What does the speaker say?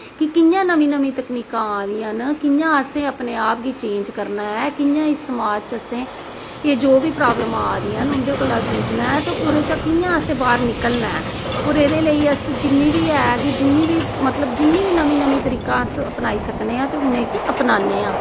की कियां नमीं नमीं तकनीकां आवा दियां न कियां असें अपने आप गी चेंज़ करना ऐ कियां इस समाज़ च असें एह् जो बी प्रॉब्लम आवा दियां न उंदे कोला जुझना ऐ ओह्दे चा कियां असें बाहर निकलना ऐ होर एह्दे लेई अस जिन्नी बी ऐ जिन्नी बी मतलब जिन्नी बी नमीं नमीं तकनीकां अस अपनाई सकने आं ते उनेंगी अपनाने आं